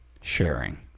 sharing